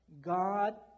God